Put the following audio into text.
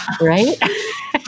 right